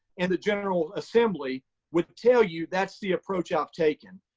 and the general assembly would tell you that's the approach i've taken.